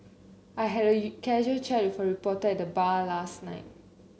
I had a you casual chat with a reporter at the bar last night